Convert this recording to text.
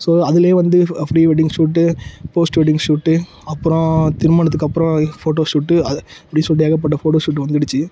so அதுல வந்து ஃப் pre wedding shoot post wedding shoot அப்புறோம் திருமணத்துக்கப்புறோம் ஃபோட்டோ ஷூட்டு அ இப்படி சொல்லி ஏகப்பட்ட ஃபோட்டோ ஷூட்டு வந்துடுச்சு